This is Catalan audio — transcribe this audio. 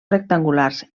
rectangulars